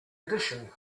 edition